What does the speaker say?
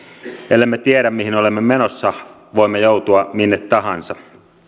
ellemme tiedä mihin olemme menossa voimme joutua minne tahansa